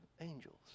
angels